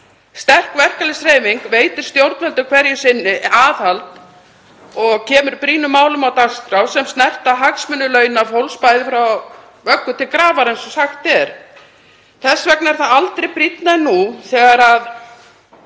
Sterk verkalýðshreyfing veitir stjórnvöldum hverju sinni aðhald og kemur brýnum málum á dagskrá sem snerta hagsmuni launafólks frá vöggu til grafar, eins og sagt er. Þess vegna er það aldrei brýnna en nú, þegar